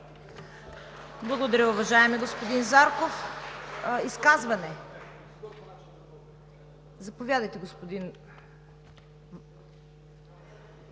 Благодаря, уважаеми господин Зарков. Изказвания? Заповядайте, господин